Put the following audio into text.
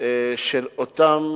של אותם